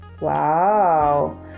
Wow